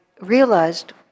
realized